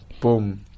boom